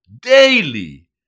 daily